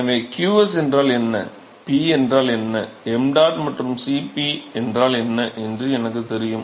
எனவே qs என்றால் என்ன P என்றால் என்ன ṁ மற்றும் Cp என்றால் என்ன என்று எனக்குத் தெரியும்